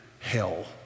hell